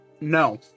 no